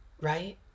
right